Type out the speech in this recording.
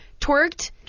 twerked